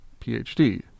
PhD